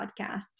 podcasts